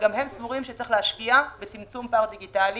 וגם הם סבורים שצריך להשקיע בצמצום פער דיגיטלי